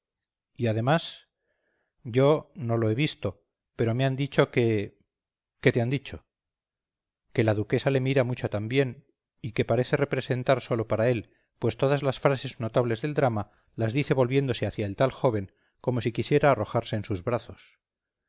y además yo no lo he visto pero me han dicho que qué te han dicho que la duquesa le mira mucho también y que parece representar sólo para él pues todas las frases notables del drama las dice volviéndose hacia el tal joven como si quisiera arrojarse en sus brazos